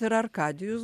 ir arkadijus